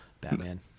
Batman